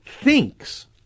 thinks